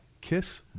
Kiss